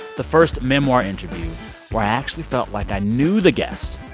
the first memoir interview where i actually felt like i knew the guest,